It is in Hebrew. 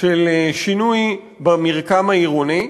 לשינוי במרקם העירוני.